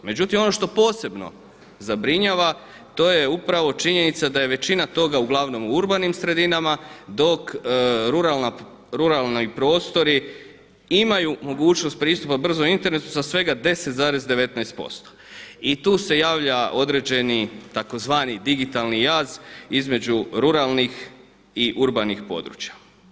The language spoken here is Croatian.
Međutim, ono što posebno zabrinjava to je upravo činjenica da je većina toga uglavnom u urbanim sredinama dok ruralni prostori imaju mogućnost pristupa brzom internetu za svega 10,19% i tu se javlja određeni tzv. digitalni jaz između ruralnih i urbanih područja.